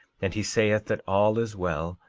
and he saith that all is well,